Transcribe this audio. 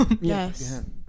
yes